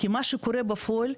כי מה שקורה בפועל,